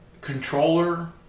controller